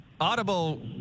audible